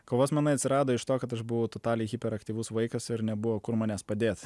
kovos menai atsirado iš to kad aš buvau totaliai hiperaktyvus vaikas ir nebuvo kur manęs padėt